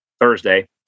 Thursday